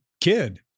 kid